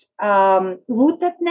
rootedness